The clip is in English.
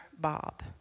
Bob